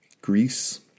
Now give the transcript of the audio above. Greece